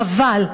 חבל.